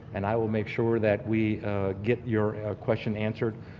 and i will make sure that we get your question answered.